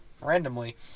randomly